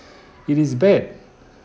it is bad